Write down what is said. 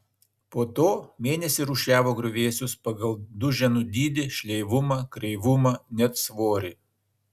po to mėnesį rūšiavo griuvėsius pagal duženų dydį šleivumą kreivumą net svorį